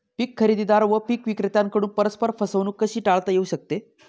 पीक खरेदीदार व पीक विक्रेत्यांकडून परस्पर फसवणूक कशी टाळता येऊ शकते?